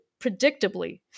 predictably